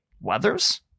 Weathers